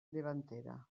davantera